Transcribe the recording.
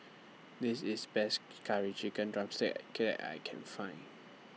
This IS Best Curry Chicken Drumstick I Can Find